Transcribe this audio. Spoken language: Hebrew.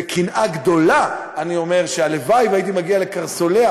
בקנאה גדולה אני אומר שהלוואי שהייתי מגיע לקרסוליה